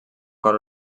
cor